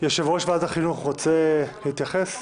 יושב-ראש ועדת החינוך רוצה להתייחס?